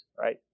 right